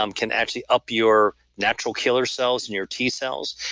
um can actually up your natural killer cells and your t cells.